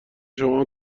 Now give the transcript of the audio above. شما